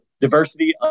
diversity